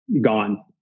Gone